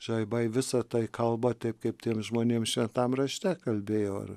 žaibai visa tai kalba taip kaip tiem žmonėm šventam rašte kalbėjo ar